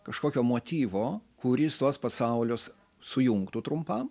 kažkokio motyvo kuris tuos pasaulius sujungtų trumpam